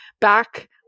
Back